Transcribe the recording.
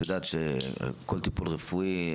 את יודעת שכל טיפול רפואי,